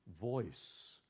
voice